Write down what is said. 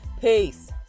Peace